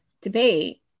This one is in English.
debate